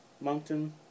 Moncton